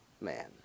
man